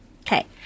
Okay